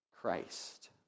Christ